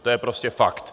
To je prostě fakt.